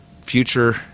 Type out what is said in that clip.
future